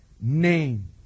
name